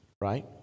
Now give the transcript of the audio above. right